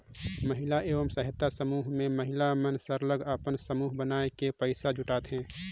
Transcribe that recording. महिला स्व सहायता समूह में महिला मन सरलग अपन समूह बनाए के पइसा जुटाथें